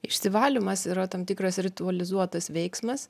išsivalymas yra tam tikras ritualizuotas veiksmas